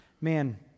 man